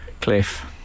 Cliff